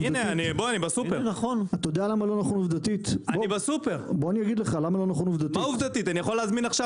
אני אגיד לך למה זה לא נכון עובדתית --- אני יכול להזמין עכשיו,